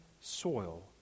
soil